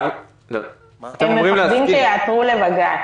הם מפחדים שיעתרו לבג"ץ.